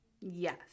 Yes